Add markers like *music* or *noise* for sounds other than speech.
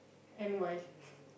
and why *breath*